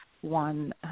one